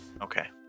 Okay